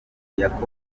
yakobo